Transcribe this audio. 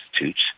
institutes